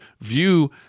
view